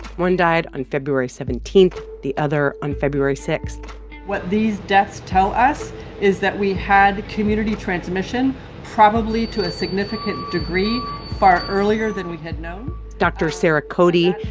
one died on february seventeen, the other on feb. february what these deaths tell us is that we had community transmission probably to a significant degree far earlier than we had known dr. sara cody,